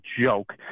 joke